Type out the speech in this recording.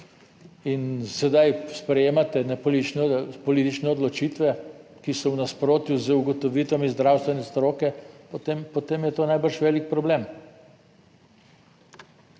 in sedaj sprejemate politične odločitve, ki so v nasprotju z ugotovitvami zdravstvene stroke, potem je to najbrž velik problem.